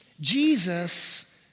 Jesus